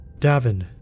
Davin